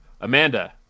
amanda